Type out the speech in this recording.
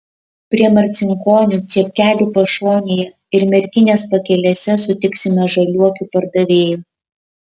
prie marcinkonių čepkelių pašonėje ir merkinės pakelėse sutiksime žaliuokių pardavėjų